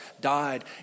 died